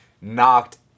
knocked